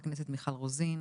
חברת הכנסת מיכל רוזין,